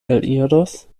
eliros